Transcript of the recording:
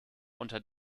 unter